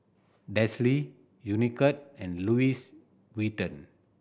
Delsey Unicurd and Louis Vuitton